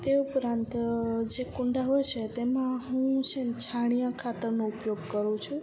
તે ઉપરાંત જે કુંડા હોય છે તમાં હું છે ને છાણિયા ખાતરનો ઉપયોગ કરું છું